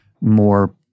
more